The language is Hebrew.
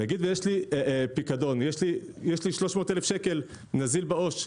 נניח שיש לי 300 אלף שקל נזיל בעו"ש,